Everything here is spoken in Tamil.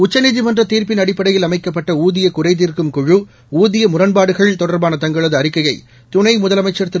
உச்சநீதிமன்ற தீர்ப்பின் அடிப்படையில் அமைக்கப்பட்ட ஊதிய குறைதீர்க்கும் குழு ஊதிய முரண்பாடுகள் தொடர்பான தங்களது அறிக்கையை துணை முதலமைச்சர் திரு